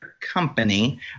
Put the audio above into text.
company